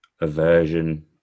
aversion